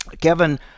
Kevin